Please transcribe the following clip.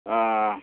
ओ